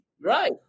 right